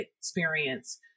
experience